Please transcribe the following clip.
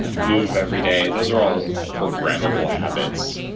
move every day. those are all programmable habits.